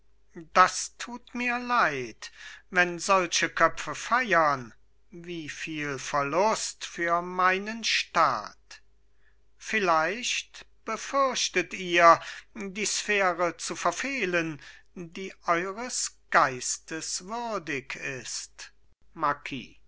das tut mir leid wenn solche köpfe feiern wieviel verlust für meinen staat vielleicht befürchtet ihr die sphäre zu verfehlen die eures geistes würdig ist